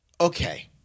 Okay